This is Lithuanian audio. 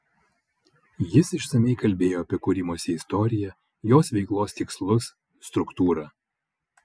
jis išsamiai kalbėjo apie kūrimosi istoriją jos veiklos tikslus struktūrą